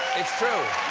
it's true.